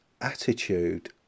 attitude